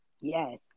Yes